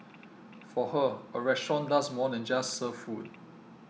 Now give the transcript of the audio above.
for her a restaurant does more than just serve food